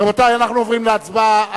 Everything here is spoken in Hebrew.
רבותי, אנחנו עוברים להצבעה.